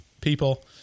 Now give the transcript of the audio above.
people